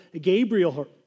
Gabriel